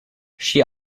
she